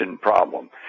problem